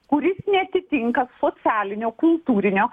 kuris neatitinka socialinių kultūrinių